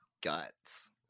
guts